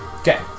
Okay